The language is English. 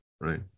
right